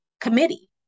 committee